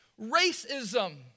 racism